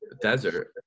desert